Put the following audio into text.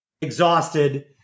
exhausted